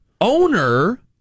owner